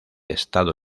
estado